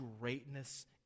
greatness